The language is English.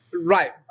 right